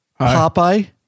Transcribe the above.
Popeye